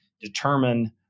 determine